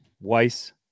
Weiss